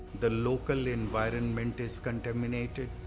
the local environment is contaminated,